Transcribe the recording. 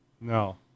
No